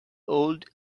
old